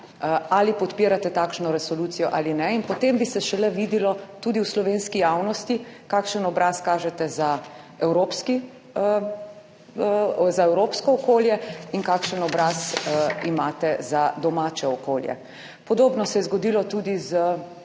ali podpirate takšno resolucijo ali ne. In potem bi se šele videlo tudi v slovenski javnosti, kakšen obraz kažete za evropsko okolje in kakšen obraz imate za domače okolje. Podobno se je zgodilo tudi z